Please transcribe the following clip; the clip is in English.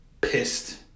Pissed